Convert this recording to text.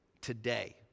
today